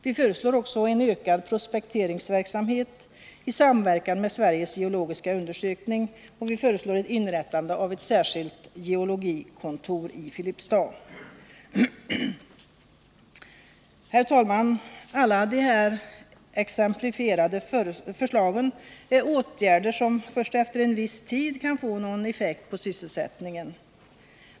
Vi föreslår också en ökad prospekteringsverksamhet i samverkan med Sveriges geologiska undersökning, och vi föreslår inrättande av ett särskilt geologikontor i Filipstad. Herr talman! Alla de här exemplifierade förslagen är åtgärder som först efter en viss tid kan få någon effekt på sysselsättningen.